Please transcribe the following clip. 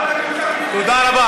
הזמן נגמר, תודה רבה.